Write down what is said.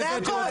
זה הכול.